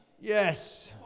Yes